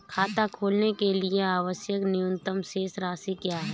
खाता खोलने के लिए आवश्यक न्यूनतम शेष राशि क्या है?